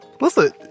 Listen—